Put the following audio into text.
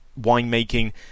winemaking